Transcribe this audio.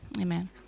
Amen